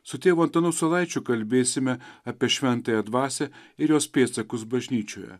su tėvu antanu saulaičiu kalbėsime apie šventąją dvasią ir jos pėdsakus bažnyčioje